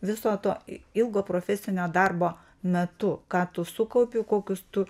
viso to i ilgo profesinio darbo metu ką tu sukaupiu kokius tu